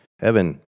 heaven